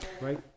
right